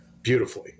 Beautifully